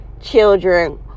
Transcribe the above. children